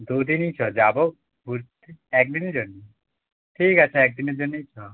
দু দিনই চল যাবো ঘুরতে এক দিনের জন্যে ঠিক আছে এক দিনের জন্যই চল